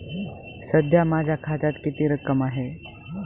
सध्या माझ्या खात्यात किती रक्कम आहे?